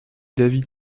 david